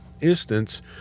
instance